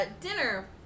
dinner